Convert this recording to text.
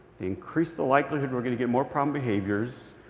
they increase the likelihood we're going to get more problem behaviors.